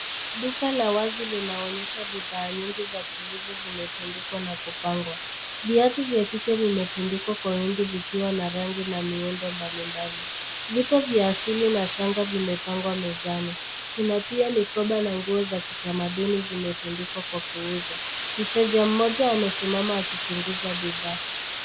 Duka la wazi linaonyesha bidhaa nyingi za kuuza zimetundikwa na kupangwa. Viatu vya kike vimetundikwa kwa wengi vikiwa na rangi na miundo mbali mbali. Vitu vya asili na shanga vimepangwa mezani, kuna pia mikopa la nguo za kitamaduni zimetundikwa kwa kuuza. Mteja moja amesimama akichunguza bidhaa.